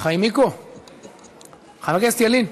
חבר הכנסת ילין,